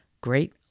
Great